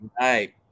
right